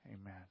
Amen